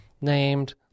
named